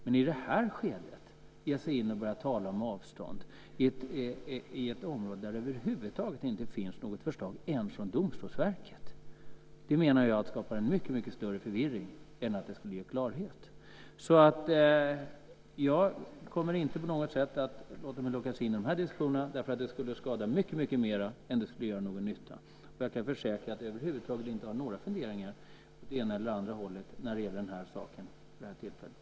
Men att i det här skedet ge sig in och börja tala om avstånd på ett område där det över huvud taget inte finns något förslag ens från Domstolsverket menar jag skapar en mycket större förvirring än det skulle ge klarhet. Jag kommer alltså inte att på något sätt låta mig lockas in i dessa diskussioner därför att det skulle skada mycket mer än det skulle göra nytta. Jag kan försäkra att jag över huvud taget inte har några funderingar åt det ena eller andra hållet när det gäller detta vid detta tillfälle.